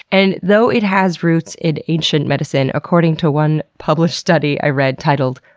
and though it has roots in ancient medicine, according to one published study i read titled,